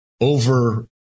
over